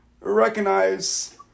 recognize